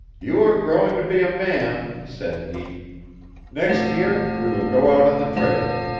you are growing to be a man said he next year we will go out on the trail